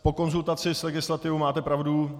Po konzultaci s legislativou máte pravdu.